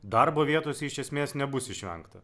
darbo vietose iš esmės nebus išvengta